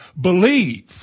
believe